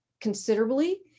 considerably